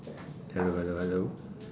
hello hello hello